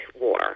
War